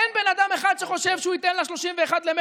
אין בן אדם אחד שחושב שהוא ייתן ל-31 במרץ